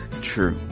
True